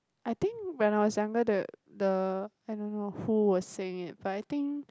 I think when I was younger that the I don't know who was saying it